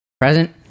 present